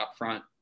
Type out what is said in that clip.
upfront